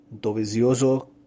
Dovizioso